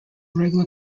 regular